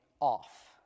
off